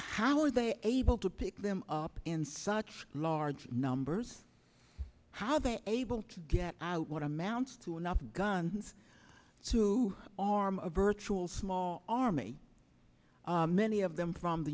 how were they able to pick them up in such large numbers how they're able to get out what amounts to enough guns to arm of virtual small army many of them from the